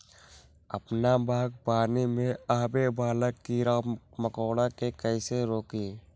अपना बागवानी में आबे वाला किरा मकोरा के कईसे रोकी?